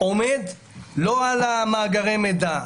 עומד לא על מאגרי המידע.